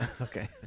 Okay